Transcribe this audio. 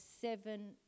seven